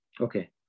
okay